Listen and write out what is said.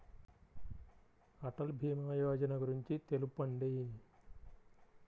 అటల్ భీమా యోజన గురించి తెలుపండి?